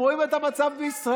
הם רואים את המצב בישראל.